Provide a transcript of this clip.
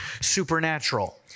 supernatural